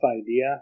idea